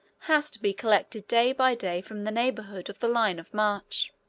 has to be collected day by day from the neighborhood of the line of march.